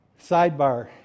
Sidebar